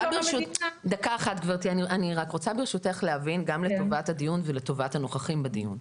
ברשותך להבין גם לטובת הדיון ולטובת הנוכחים בדיון.